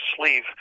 sleeve